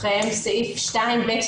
ברשותכם, סעיף 2(ב)(9)